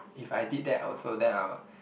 if I did that I also then I'll